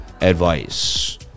advice